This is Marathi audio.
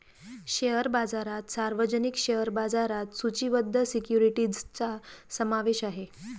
शेअर बाजारात सार्वजनिक शेअर बाजारात सूचीबद्ध सिक्युरिटीजचा समावेश आहे